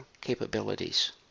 capabilities